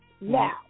Now